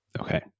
Okay